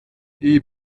die